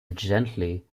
gently